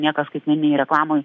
niekas skaitmeninėj reklamoj